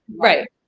Right